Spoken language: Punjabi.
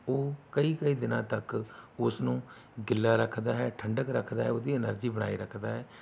ਉਹ ਕਈ ਕਈ ਦਿਨਾਂ ਤੱਕ ਉਸ ਨੂੰ ਗਿੱਲਾ ਰੱਖਦਾ ਹੈ ਠੰਡਕ ਰੱਖਦਾ ਹੈ ਉਹਦੀ ਐਨੇਰਜੀ ਬਣਾਈ ਰੱਖਦਾ ਹੈ